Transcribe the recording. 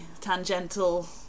tangential